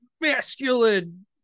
masculine